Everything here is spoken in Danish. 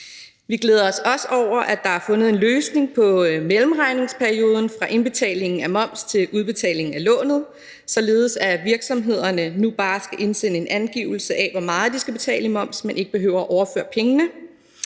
Vi glæder os også over, at der er fundet en løsning på mellemregningsperioden fra indbetaling af moms til udbetaling af lånet, således at virksomhederne nu bare skal indsende en angivelse af, hvor meget de skal betale i moms, men ikke behøver at overføre pengene.